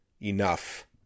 Enough